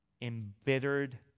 embittered